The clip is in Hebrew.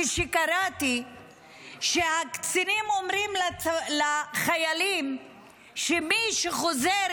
כשקראתי שהקצינים אומרים לחיילים שמי שחוזר,